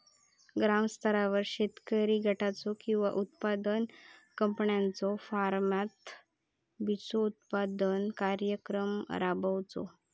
ग्रामस्तरावर शेतकरी गटाचो किंवा उत्पादक कंपन्याचो मार्फत बिजोत्पादन कार्यक्रम राबायचो?